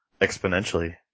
Exponentially